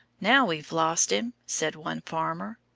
now we've lost him, said one farmer.